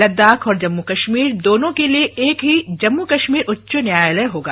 लद्दाख और जम्मू कश्मीर दोनों के लिए एक ही जम्मू कश्मीर उच्च न्यायालय होगा